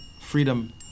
freedom